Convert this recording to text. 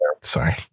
sorry